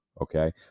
okay